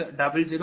00620